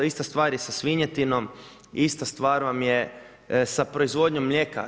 Ista stvar je sa svinjetinom, ista stvar vam je sa proizvodnjom mlijeka.